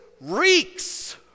reeks